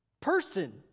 person